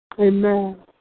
Amen